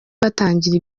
batangira